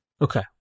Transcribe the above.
Okay